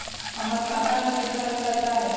हमर खाता में केतना पैसा हई?